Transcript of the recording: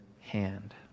hand